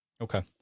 Okay